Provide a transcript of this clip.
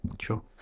sure